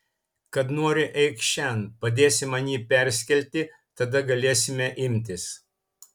kad nori eikš šen padėsi man jį perskelti tada galėsime imtis